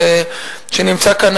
שנמצא כאן,